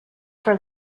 for